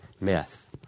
myth